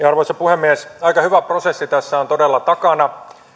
arvoisa puhemies aika hyvä prosessi tässä on todella takana